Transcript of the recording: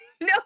No